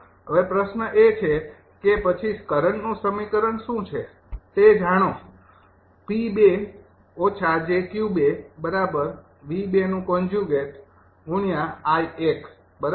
હવે પ્રશ્ન એ છે કે પછી કરંટનું સમીકરણ શું છે તે જાણો 𝑃૨−𝑗𝑄૨𝑉∗૨𝐼૧ બરાબર